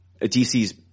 DC's